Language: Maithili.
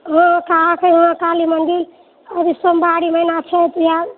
हाँ कहाँसे काली मन्दिर अभी सोमबारी महीना छै तैं